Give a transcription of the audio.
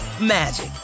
magic